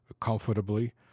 comfortably